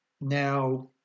now